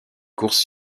courses